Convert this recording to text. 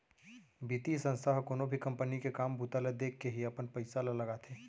बितीय संस्था ह कोनो भी कंपनी के काम बूता ल देखके ही अपन पइसा ल लगाथे